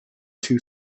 two